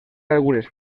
algunes